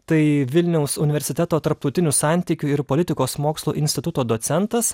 tai vilniaus universiteto tarptautinių santykių ir politikos mokslų instituto docentas